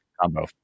combo